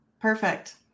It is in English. Perfect